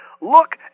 Look